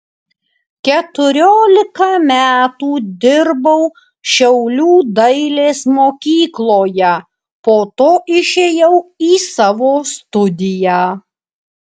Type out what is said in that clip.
keturiolika metų dirbau šiaulių dailės mokykloje po to išėjau į savo studiją